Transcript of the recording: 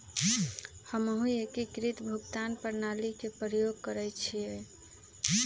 हमहु एकीकृत भुगतान प्रणाली के प्रयोग करइछि